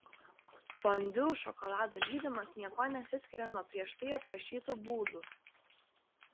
fondiu šokolado lydymas niekuo nesiskiria nuo prieš tai aprašytų būdų